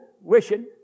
wishing